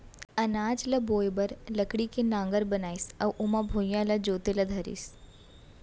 अनाज ल बोए बर लकड़ी के नांगर बनाइस अउ ओमा भुइयॉं ल जोते ल धरिस